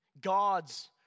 God's